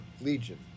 legion